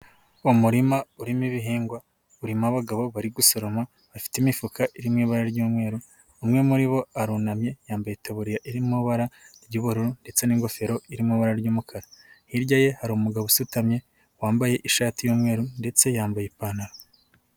Umurima urimo ibihingwa, urimo abagabo bari gusoroma bafite imifuka iri mu ibara ry'umweru, umwe muri bo arunamye yambaye itaburiya iri mu iba ku ry'uburu ndetse n'ingofero iri mu ibara ry'umukara. Hirya ye hari umugabo usutamye wambaye ishati y'umweru ndetse yambaye ipantaro.